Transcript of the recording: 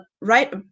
right